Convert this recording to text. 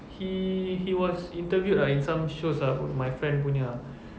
he he was interviewed ah in some shows ah my friend punya ah